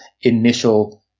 initial